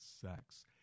sex